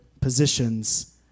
positions